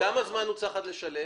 תוך כמה זמן הוא צריך לשלם?